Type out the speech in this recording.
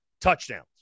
touchdowns